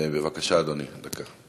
בבקשה, אדוני, דקה.